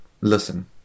listen